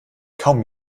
kaum